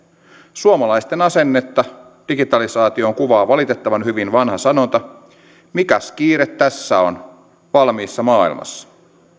suomalaisten asennetta digitalisaatioon kuvaa valitettavan hyvin vanha sanonta mikäs kiire tässä on valmiissa maailmassa